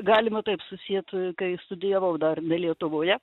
galima taip susiet kai studijavau dar ne lietuvoje